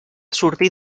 sortir